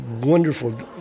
wonderful